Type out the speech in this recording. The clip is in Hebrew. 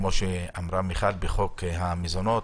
כפי שאמרה מיכל בחוק המזונות,